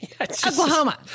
Oklahoma